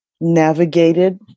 navigated